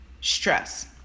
stress